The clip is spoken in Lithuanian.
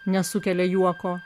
nesukelia juoko